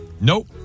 Nope